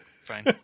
fine